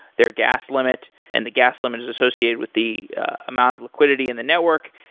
their gas limit, and the gas limit is associated with the amount of liquidity in the network.